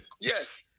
yes